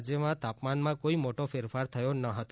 રાજ્યમાં તાપમાનમાં કોઈ મોટો ફેરફાર થયો નહતો